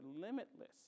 limitless